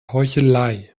heuchelei